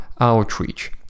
outreach